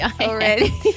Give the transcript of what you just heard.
already